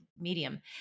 medium